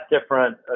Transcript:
different